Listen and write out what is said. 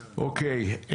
אוקיי,